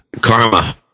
Karma